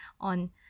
on